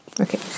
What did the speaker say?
Okay